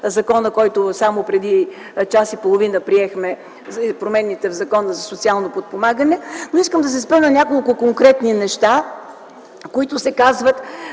закона, който само преди час и половина приехме – промените в Закона за социално подпомагане. Искам да се спра на няколко конкретни неща, които се казват,